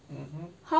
mmhmm